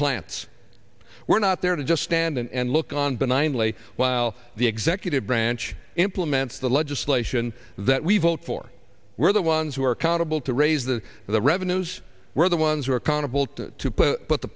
plants we're not there to just stand and look on benignly while the executive branch implements the legislation that we vote for we're the ones who are accountable to raise the the revenues were the ones who are accountable to put the